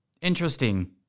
Interesting